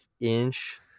inch